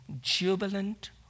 jubilant